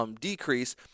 Decrease